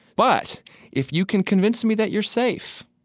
but if you can convince me that you're safe,